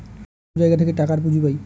সব জায়গা থেকে টাকার পুঁজি পাই